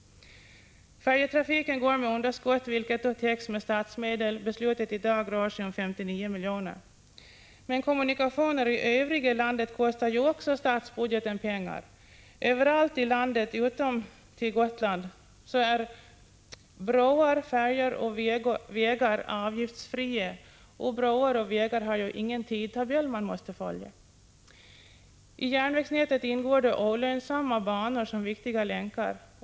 Färjetrafiken går med underskott, vilket då täcks med statsmedel. Beslutet i dag rör sig om 59 miljoner. Men kommunikationerna i övriga landet kostar också statsbudgeten pengar. Överallt i landet — utom till Gotland — är broar, färjor och vägar avgiftsfria, och broar och vägar har ingen tidtabell man måste följa. I järnvägsnätet ingår ”olönsamma banor” som viktiga länkar.